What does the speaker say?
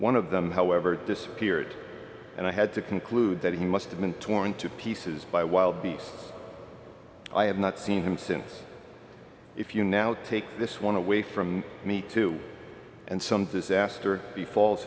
one of them however disappeared and i had to conclude that he must have been torn to pieces by wild beasts i have not seen him since if you now take this one away from me too and some disaster be false